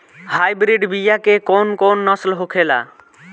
Hybrid बीया के कौन कौन नस्ल होखेला?